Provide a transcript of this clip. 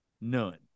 none